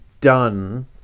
done